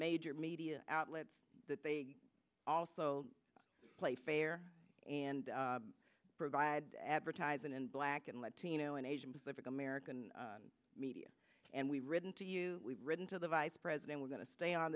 major media outlets that they also play fair and provide advertising in black and latino and asian pacific american media and we've written to you we've written to the vice president we're going to stay on